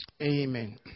amen